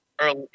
early